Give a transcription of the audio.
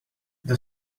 the